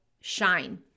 shine